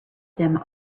them